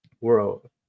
world